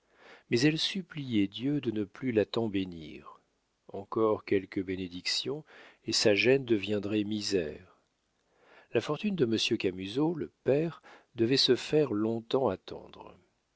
mais elle suppliait dieu de ne plus la tant bénir encore quelques bénédictions et sa gêne deviendrait misère la fortune de monsieur camusot le père devait se faire long-temps attendre